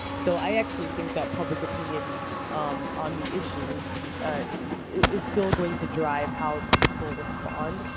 so i actually think that public opinion on the issues is still going to drive how people respond,